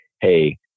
hey